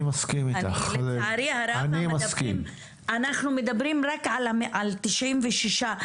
לצערי הרב, אנחנו מדברים רק על 96,